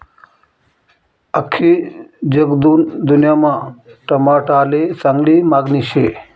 आख्खी जगदुन्यामा टमाटाले चांगली मांगनी शे